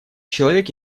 человек